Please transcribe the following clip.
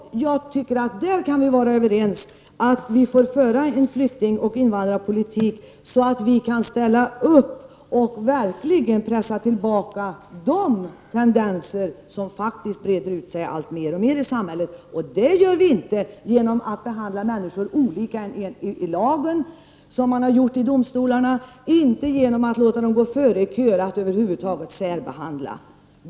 Jag tycker att vi skulle kunna vara överens om att vi skall föra en flyktingoch invandrarpolitik som gör det möjligt att ställa upp och verkligen pressa tillbaka de tendenserna, som faktiskt breder ut sig alltmer i samhället. Det gör vi inte genom att behandla människor olika. som man har gjort i domstolarna, inte genom att låta flyktingar gå före i köer eller genom att på något annat sätt särbehandla dem.